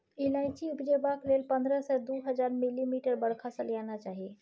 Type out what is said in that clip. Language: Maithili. इलाइचीं उपजेबाक लेल पंद्रह सय सँ दु हजार मिलीमीटर बरखा सलियाना चाही